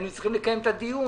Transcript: היינו צריכים לקיים דיון